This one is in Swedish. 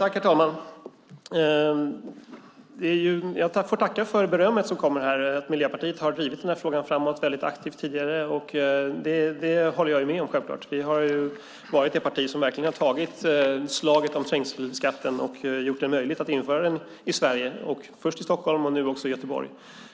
Herr talman! Jag får tacka för berömmet för att Miljöpartiet tidigare aktivt har drivit frågan framåt. Jag håller självklart med. Vi har varit det parti som verkligen har tagit slaget om trängselskatten och gjort det möjligt att införa den i Sverige - först i Stockholm och nu också i Göteborg.